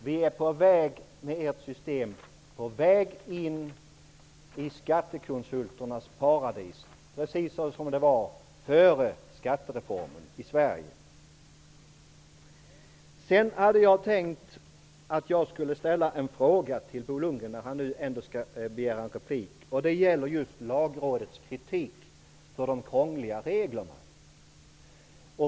Vi är med ert system på väg in i skattekonsulternas paradis, precis som det var i Jag hade tänkt ställa en fråga till Bo Lundgren, och det gäller just Lagrådets kritik mot de krångliga reglerna.